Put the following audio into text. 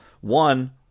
one